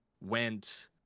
went